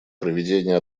проведение